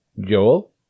Joel